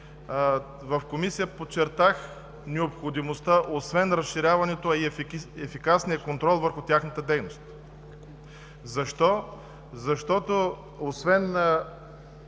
В Комисията подчертах необходимостта от разширяването и ефикасния контрол върху тяхната дейност. Защо? Защото освен